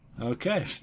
Okay